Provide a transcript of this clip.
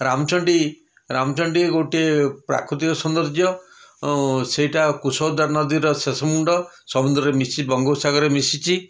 ରାମଚଣ୍ଡୀ ରାମଚଣ୍ଡୀ ଗୋଟେ ପ୍ରାକୃତିକ ସୌନ୍ଦର୍ଯ୍ୟ ସେଇଟା କୁଶଭଦ୍ରା ନଦୀର ଶେଷମୁଣ୍ଡ ସମୁଦ୍ରରେ ମିଶି ବଙ୍ଗୋପସାଗରରେ ମିଶିଛି